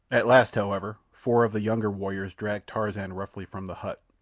at last, however, four of the younger warriors dragged tarzan roughly from the hut,